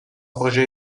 projet